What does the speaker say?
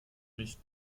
mich